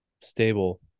stable